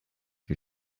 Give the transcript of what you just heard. wie